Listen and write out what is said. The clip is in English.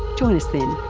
join us then